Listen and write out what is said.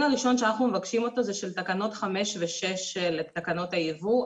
הראשון שאנחנו מבקשים אותו זה של תקנות 5 ו-6 לתקנות הייבוא.